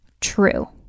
true